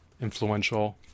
influential